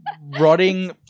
rotting